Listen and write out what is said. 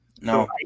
No